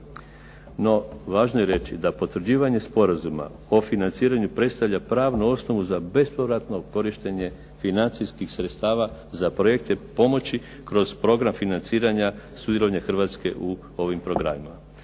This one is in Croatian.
No, važno je reći da potvrđivanje sporazuma o financiranju predstavlja pravnu osnovu za bespovratno korištenje financijskih sredstava za projekte pomoći kroz program financiranja sudjelovanja Hrvatske u ovim programima.